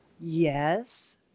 Yes